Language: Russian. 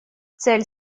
цель